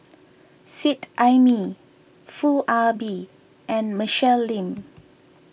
Seet Ai Mee Foo Ah Bee and Michelle Lim